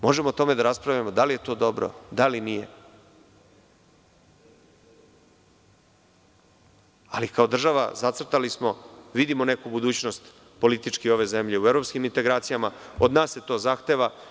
Možemo o tome da raspravljamo, da li je to dobro, da li nije, Ali, kao država zacrtali smo, vidimo neku budućnost politički ove zemlje u evropskim integracijama, od nas se to zahteva.